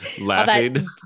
laughing